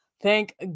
Thank